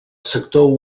sector